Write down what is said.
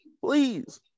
please